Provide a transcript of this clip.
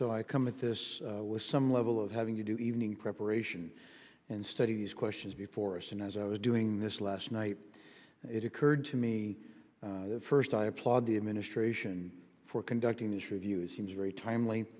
so i come at this with some level of having to do evening preparation and study these questions before us and as i was doing this last night it occurred to me first i applaud the administration for conducting these reviews seems very timely